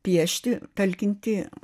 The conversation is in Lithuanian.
piešti talkinti